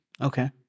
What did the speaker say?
Okay